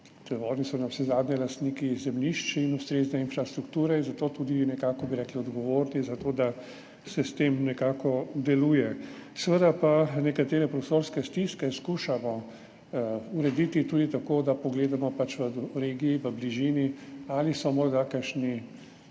Oni so navsezadnje lastniki zemljišč in ustrezne infrastrukture in zato tudi nekako, bi rekli, odgovorni za to, da sistem nekako deluje. Seveda pa nekatere prostorske stiske skušamo urediti tudi tako, da pogledamo pač v regiji, v bližini, ali so morda kakšne